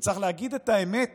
וצריך להגיד את האמת